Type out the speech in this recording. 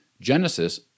Genesis